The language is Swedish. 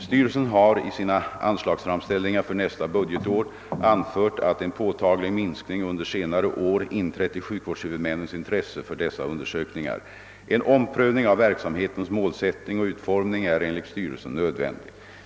Styrelsen har i sina anslagsframställningar för nästa budgetår anfört att en påtaglig minskning under senare år inträtt i sjukvårdshuvudmännens intresse för dessa undersökningar. En omprövning av verksamhetens målsättning och utformning är enligt styrelsen nödvändig.